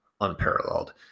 unparalleled